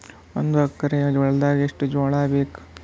ಒಂದು ಎಕರ ಹೊಲದಾಗ ಎಷ್ಟು ಜೋಳಾಬೇಕು?